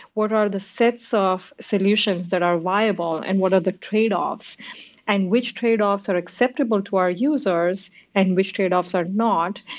what are the sets of solutions that are reliable and what are the trade-offs and which trade-offs are acceptable to our users and which trade-offs are not.